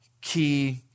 key